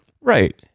Right